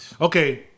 Okay